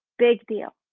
big deal.